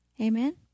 Amen